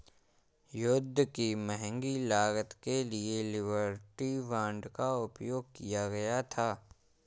युद्ध की महंगी लागत के लिए लिबर्टी बांड का उपयोग किया गया था